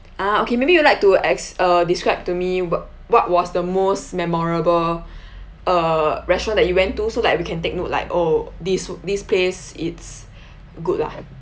ah okay maybe you like to ex~ uh describe to me what what was the most memorable uh restaurant that you went to so like we can take note like oh this this pace it's good lah